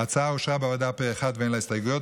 ההצעה אושרה בוועדה פה אחד ואין לה הסתייגויות,